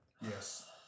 Yes